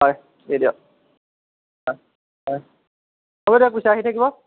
হয় দি দিয়ক হয় হয় হ'ব দিয়ক পিছে আহি থাকিব